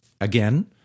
Again